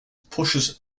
pushes